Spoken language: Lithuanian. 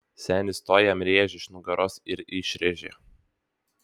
senis tuoj jam rėžį iš nugaros ir išrėžė